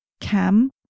Cam